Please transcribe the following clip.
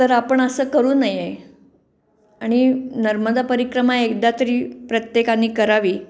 तर आपण असं करू नये आणि नर्मदा परिक्रमा एकदा तरी प्रत्येकाने करावी